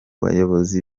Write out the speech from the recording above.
bayobozi